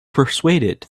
persuaded